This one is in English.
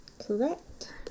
Correct